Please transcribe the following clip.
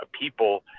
people